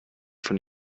von